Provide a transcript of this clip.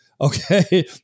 okay